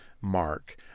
mark